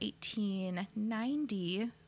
1890